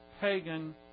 pagan